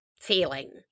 feeling